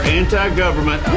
anti-government